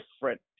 different